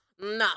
No